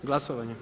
Glasovanje.